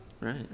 Right